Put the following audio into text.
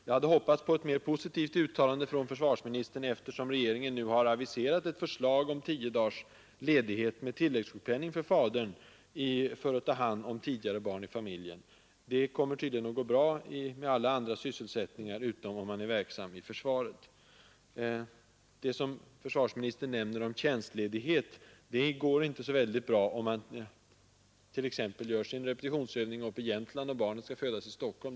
Jag hade hoppats på ett mera positivt uttalande av försvarsministern, eftersom regeringen nu har aviserat ett förslag om tio dagars ledighet med tilläggssjukpenning för fadern för att ta hand om tidigare barn i familjen. Det kommer tydligen att gå bra i alla andra sysselsättningar men inte om man är verksam i försvaret. Det som försvarsministern nämner om tjänstledighet stämmer väl inte så bra, om man t.ex. gör sin repetitionsövning uppe i Jämtland och barnet skall födas i Stockholm.